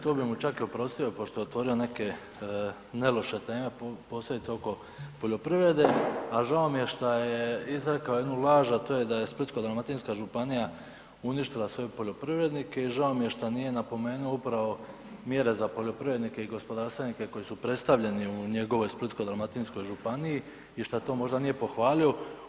To bi mu čak i oprostio pošto je otvorio neke ne loše teme posebice oko poljoprivrede, a žao mi je šta je izrekao jednu laž, a to je da je Splitsko-dalmatinska županija uništila sve poljoprivrednike i žao mi šta nije napomenuo upravo mjere za poljoprivrednike i gospodarstvenike koji su predstavljeni u njegovoj Splitsko-dalmatinskoj županiji i šta to možda nije pohvalio.